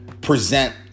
present